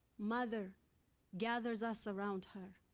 mother gathers us around her